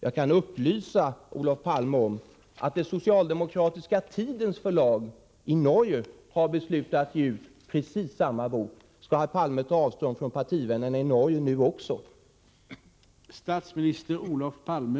Jag kan upplysa Olof Palme om att det socialdemokratiska Tidens förlag i Norge har beslutat ge ut precis samma bok. Skall herr Palme nu ta avstånd också från partivännerna i Norge?